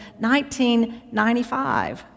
1995